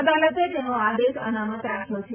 અદાલતે તેનો આદેશ અનામત રાખ્યો છે